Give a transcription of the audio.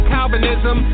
Calvinism